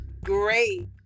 great